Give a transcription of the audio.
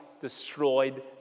destroyed